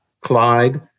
Clyde